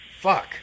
Fuck